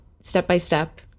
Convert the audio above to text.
step-by-step